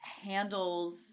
handles